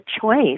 choice